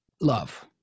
love